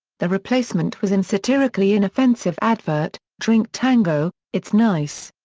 the replacement was an satirically inoffensive advert, drink tango it's nice.